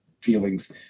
feelings